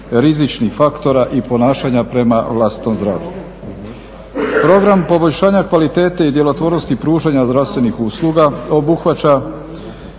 rizičnih faktora i ponašanja prema vlastitom zdravlju. Program poboljšanja kvalitete i djelotvornosti pružanja zdravstvenih usluga obuhvaća